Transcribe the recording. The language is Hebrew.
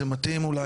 זה מתאים אולי,